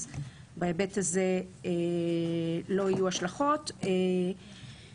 אז לא יהיו השלכות בהיבט הזה.